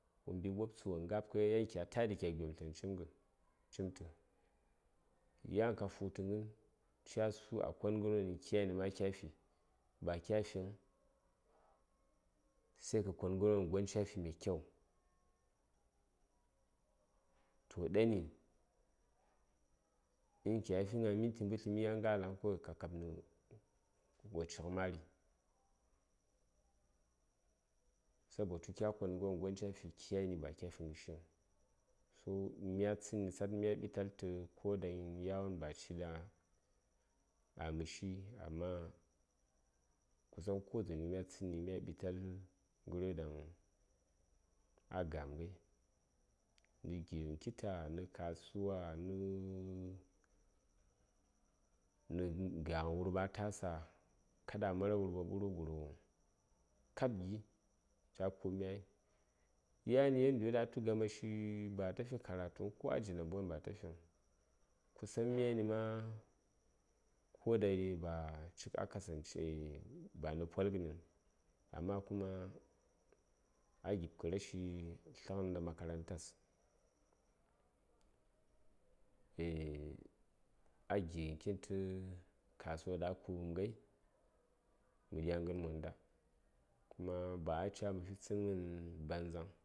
wo mbi ɓobtsə wo nga:bkəi ghai kya taɗi kya gyomtləghən ki cimtə yan ka futə casu kon ghərwon ɗaŋ kyani ma ka fi ba kya fiŋ sai kə ghərwon ɗaŋ gon cafi mai kyau toh ɗani unkya fi gna minti mbətləmi ya ngalai ka kabnə wo cighə mari sabotu kya kon ghəryo ɗaŋ gon cafi kyani ba kyafi ghəshiŋ um mya tsəni tsad mya ɓitaltə ko da shike yawon ba ciɗa a məshi amma kusan ko dzaŋyo mya tsani mya ɓital ghəryo ɗaŋ a ga:m ghai nə gighən kita nə kasuwa nə gaghən wurɓa a tasa kaɗa mara wurɓa ɓuruk ɓuruk kab gi yani a ku:bmi ghai yaddiyo ;aŋ atu gamashi ba ata fi karatuŋ ko namboŋ ba ata fiŋ kusan myani ma ko ɗaŋ ba cik a kasance banə polghəniŋ amma kuma agib kə rashi tləghən ɗa makarantas eh a gighən kitn tə kasuwa ɗaŋ a ku:b ghai mə dya ghən monda kuma ba a ca:m mə fi tsənghən banzaŋ